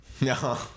No